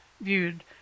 viewed